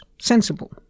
sensible